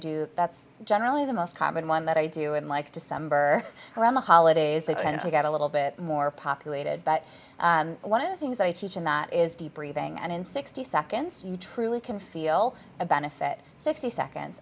do that's generally the most common one that i do and like december around the holidays they tend to get a little bit more populated but one of the things that i teach in that is deep breathing and in sixty seconds you truly can feel a benefit sixty seconds